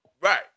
Right